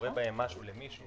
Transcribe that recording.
שקורה בהם משהו למישהו,